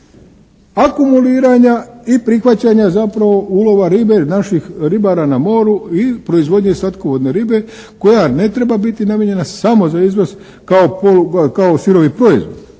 akumuliranja i prihvaćanja zapravo ulova ribe ili naših ribara na moru i proizvodnje slatkovodne ribe koja ne treba biti namijenjena samo za izvoz kao sirovi proizvod,